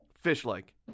Fish-like